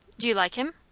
do you like him?